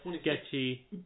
sketchy